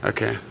Okay